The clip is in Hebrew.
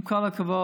עם כל הכבוד,